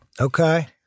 Okay